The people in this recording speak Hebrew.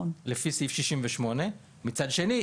מצד שני,